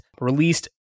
released